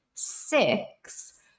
Six